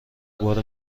بار